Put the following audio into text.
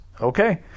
okay